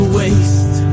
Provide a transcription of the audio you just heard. waste